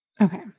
Okay